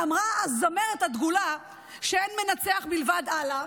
אמרה הזמרת הדגולה שאין מנצח מלבד אללה.